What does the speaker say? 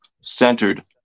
centered